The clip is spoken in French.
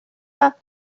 pas